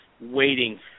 waiting